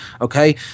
okay